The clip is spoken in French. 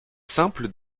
simples